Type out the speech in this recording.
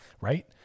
right